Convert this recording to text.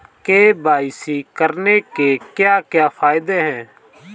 KYC करने के क्या क्या फायदे हैं?